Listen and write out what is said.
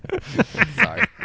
Sorry